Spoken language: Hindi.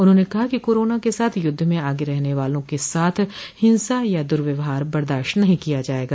उन्होंने कहा कि कोरोना के साथ युद्ध में आगे रहने वाले लोगों के साथ हिंसा या दुव्यवहार बर्दाश्त नहीं किया जाएगा